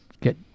get